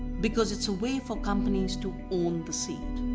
because it's a way for companies to own the seed.